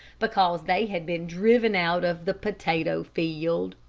because they had been driven out of the potato field.